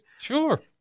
Sure